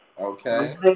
Okay